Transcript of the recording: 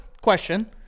question